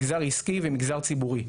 מגזר עסקי ומגזר ציבורי.